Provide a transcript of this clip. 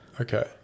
Okay